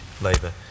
Labour